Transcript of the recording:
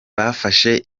bafashe